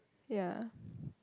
ya